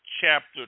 chapter